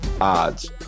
odds